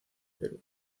perú